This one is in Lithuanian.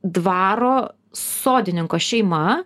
dvaro sodininko šeima